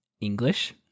English